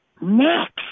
next